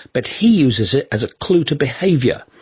but he uses it as a clue to behaviour.